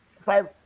five